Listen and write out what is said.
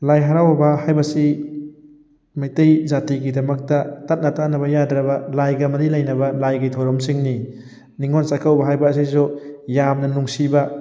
ꯂꯥꯏ ꯍꯔꯥꯎꯕ ꯍꯥꯏꯕꯁꯤ ꯃꯩꯇꯩ ꯖꯥꯇꯤꯒꯤꯗꯃꯛꯇ ꯇꯠꯅ ꯊꯥꯅꯕ ꯌꯥꯗ꯭ꯔꯕ ꯂꯥꯏꯒ ꯃꯔꯤ ꯂꯩꯅꯕ ꯂꯥꯏꯒꯤ ꯊꯧꯔꯝꯁꯤꯡꯅꯤ ꯅꯤꯡꯉꯣꯟ ꯆꯥꯛꯀꯧꯕ ꯍꯥꯏꯕ ꯑꯁꯤꯁꯨ ꯌꯥꯝꯅ ꯅꯨꯡꯁꯤꯕ